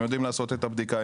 הם יודעים לעשות את הבדיקה,